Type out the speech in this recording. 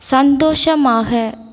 சந்தோஷமாக